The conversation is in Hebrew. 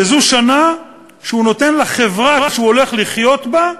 שזו שנה שהוא נותן לחברה שהוא הולך לחיות בה,